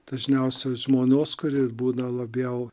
dažniausia žmonos kuri būna labiau